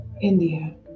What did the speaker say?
India